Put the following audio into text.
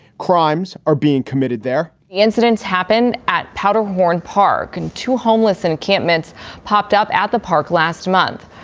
crimes are being committed there incidents happen at powderhorn park and two homeless encampments popped up at the park last month.